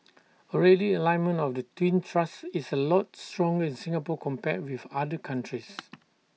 already the alignment of the twin thrusts is A lot strong with Singapore compared with other countries